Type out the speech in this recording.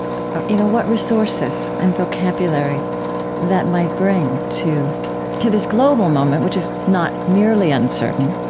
you know, what resources and vocabulary that might bring to to this global moment, which is not merely uncertain,